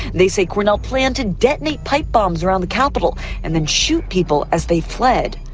they say cornell planned to detonate pipe bombs around the capitol and then shoot people as they fled.